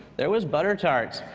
there was butter tarts,